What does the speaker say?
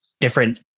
different